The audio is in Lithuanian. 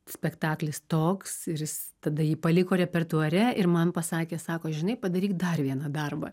spektaklis toks ir jis tada jį paliko repertuare ir man pasakė sako žinai padaryk dar vieną darbą